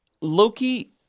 Loki